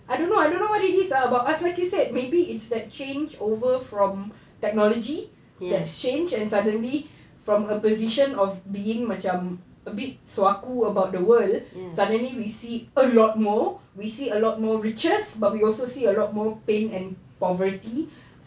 I don't know I don't know what it is ah about us like you said maybe it's that change over from technology that's change and suddenly from a position of being macam a bit suaku about the world suddenly we see a lot more we see a lot more riches we also see a lot more pain and poverty